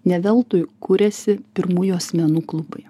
ne veltui kuriasi pirmųjų asmenų klubai